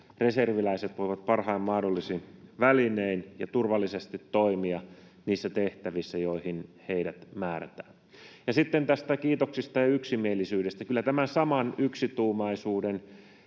reserviläiset voivat parhain mahdollisin välinein ja turvallisesti toimia niissä tehtävissä, joihin heidät määrätään. Ja sitten näistä kiitoksista ja yksimielisyydestä: Kyllä tämän saman yksituumaisuuden